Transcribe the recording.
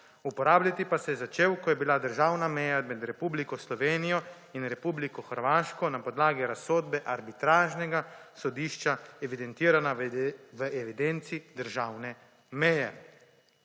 uporabljati pa se je začel, ko je bila državna meja med Republiko Slovenijo in Republiko Hrvaško na podlagi razsodbe arbitražnega sodišča evidentirana v evidenci državne meje.